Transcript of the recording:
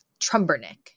Trumbernik